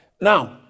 Now